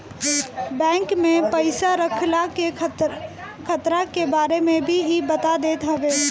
bank में पईसा रखला के खतरा के बारे में भी इ बता देत हवे